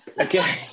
Okay